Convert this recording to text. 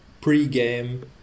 pre-game